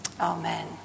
Amen